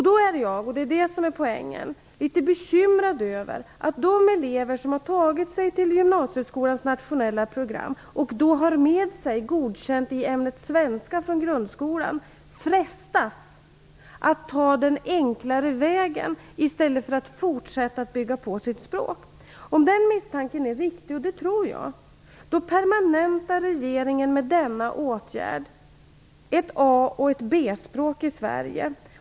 Då är jag - och det är det som är poängen - litet bekymrad över att de elever som har tagit sig till gymnasieskolans nationella program och har med sig godkänt i ämnet svenska från grundskolan frestas att ta den enklare vägen i stället för att fortsätta att bygga på sitt språk. Om den misstanken är riktig, och det tror jag, permanentar regeringen med denna åtgärd ett A och ett B-språk i Sverige.